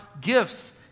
gifts